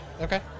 Okay